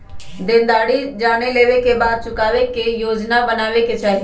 देनदारी जाने लेवे के बाद चुकावे के योजना बनावे के चाहि